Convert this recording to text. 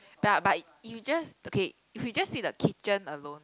but but you just okay if you just need the kitchen alone